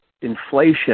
inflation